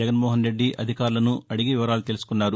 జగన్మోహన్ రెడ్డి అధికారులను అడిగి వివరాలు తెలుసుకున్నారు